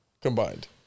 combined